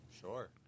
Sure